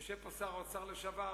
ויושב כאן שר האוצר לשעבר,